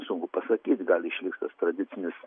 sunku pasakyt gal išliks tas tradicinis